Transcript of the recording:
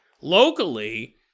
locally